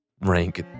rank